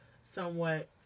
somewhat